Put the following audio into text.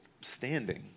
standing